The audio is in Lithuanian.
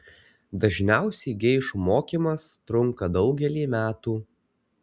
dažniausiai geišų mokymas trunka daugelį metų